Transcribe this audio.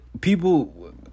people